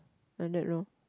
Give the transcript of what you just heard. like that lor